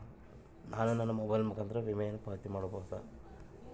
ನಾನು ನನ್ನ ಮೊಬೈಲ್ ಮುಖಾಂತರ ವಿಮೆಯನ್ನು ಪಾವತಿ ಮಾಡಬಹುದಾ?